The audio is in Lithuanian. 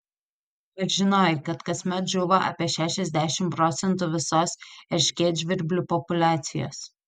ar žinojai kad kasmet žūva apie šešiasdešimt procentų visos erškėtžvirblių populiacijos